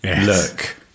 look